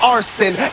Arson